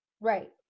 Right